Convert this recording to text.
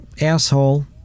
asshole